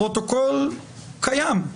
הפרוטוקול קיים,